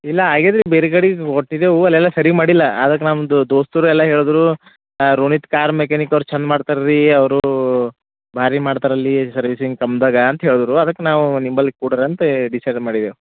ಇಲ್ಲ ಆಗೆಲ್ರಿ ಬೇರೆ ಗಾಡಿ ಕೊಟ್ಟಿದೇವು ಅಲ್ಲೆಲ್ಲ ಸರಿ ಮಾಡಿಲ್ಲ ಅದಕ್ಕೆ ನಮ್ದು ದೋಸ್ತುರೆಲ್ಲ ಹೇಳ್ದ್ರು ರೋನಿತ್ ಕಾರ್ ಮೆಕ್ಯಾನಿಕ್ ಅವ್ರು ಚಂದ ಮಾಡ್ತರೆ ರೀ ಅವರು ಬಾರಿ ಮಾಡ್ತರಲ್ಲಿ ಸರ್ವಿಸಿಂಗ್ ತಮ್ದಗ ಅಂತ ಹೇಳುದ್ರು ಅದಕ್ಕೆ ನಾವು ನಿಮ್ಮಲ್ಲಿ ಕೊಡೋರ ಅಂತ ಡಿಸೈಡ್ ಮಾಡಿದ್ದೇವೆ